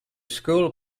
school